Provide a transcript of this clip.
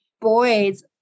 boys